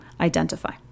identify